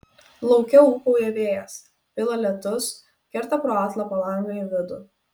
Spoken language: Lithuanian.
lauke ūkauja vėjas pila lietus kerta pro atlapą langą į vidų